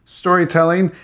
storytelling